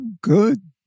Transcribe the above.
good